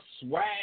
Swag